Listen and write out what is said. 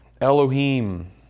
Elohim